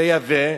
לייבא.